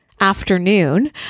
afternoon